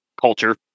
Culture